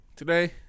Today